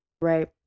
right